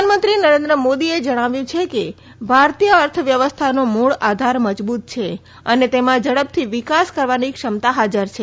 પ્રધાનમંત્રી નરેન્દ્ર મોદીએ જણાવ્યું છે કે ભારતીય અર્થવ્યવસ્થાનો મૂળ આધાર મજબૂત છે અને તેમાં ઝડપથી વિકાસ કરવાની ક્ષમતા હાજર છે